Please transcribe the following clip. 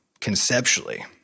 conceptually